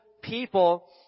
people